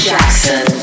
Jackson